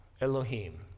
Elohim